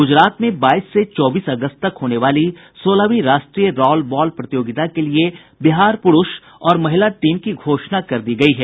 गूजरात में बाईस से चौबीस अगस्त तक होने वाली सोलहवीं राष्ट्रीय रॉल बॉल प्रतियोगिता के लिए बिहार पुरूष और महिला टीम की घोषणा कर दी गयी है